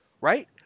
right